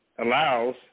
allows